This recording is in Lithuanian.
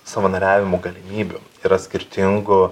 savanoriavimo galimybių yra skirtingų